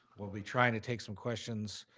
we'll be trying to take some questions